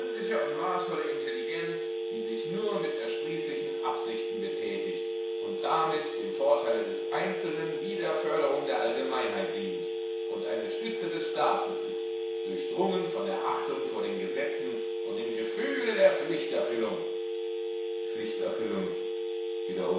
und maßvolle intelligenz die sich nur mit ersprießlichen absichten betätigt und damit dem vorteile des einzelnen wie der förderung der allgemeinheit dient und eine stütze des staates ist durchdrungen von der achtung vor den gesetzen und dem gefühle der pflichterfüllung pflichterfüllung